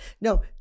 No